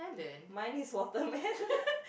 mine is watermelon